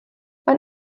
man